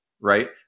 right